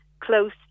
close